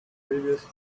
previous